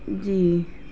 جی